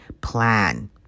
plan